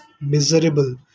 miserable